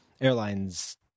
airlines